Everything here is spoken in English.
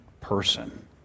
person